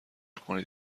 کنید